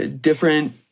different